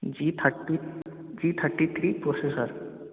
G thirty G thirty three processor